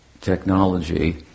technology